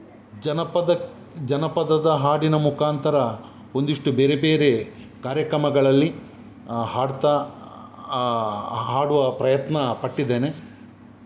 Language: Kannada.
ಜನಪದಕ್ಕೆ ಜನಪದದ ಹಾಡಿನ ಮುಖಾಂತರ ಒಂದಿಷ್ಟು ಬೇರೆ ಬೇರೆ ಕಾರ್ಯಕ್ರಮಗಳಲ್ಲಿ ಹಾಡ್ತಾ ಹಾಡುವ ಪ್ರಯತ್ನ ಪಟ್ಟಿದ್ದೇನೆ